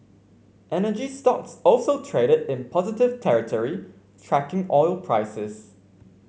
energy stocks also traded in positive territory tracking oil prices